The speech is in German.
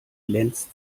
glänzte